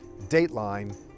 Dateline